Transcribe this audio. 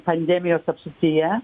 pandemijos apsuptyje